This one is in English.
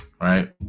right